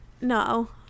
No